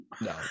No